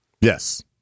Yes